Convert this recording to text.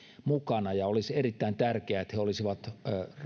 mukana ja olisi erittäin tärkeää että he olisivat